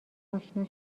آشنا